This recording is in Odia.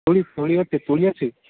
ତୁଳୀ ତୁଳୀ ଅଛି ତୁଳୀ ଅଛି